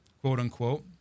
quote-unquote